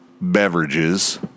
beverages